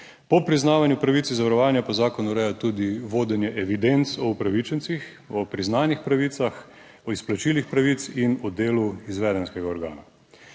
Po priznavanju pravic iz zavarovanja pa zakon ureja tudi vodenje evidenc o upravičencih, o priznanih pravicah, o izplačilih pravic in o delu izvedenskega organa.